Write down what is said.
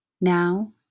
Now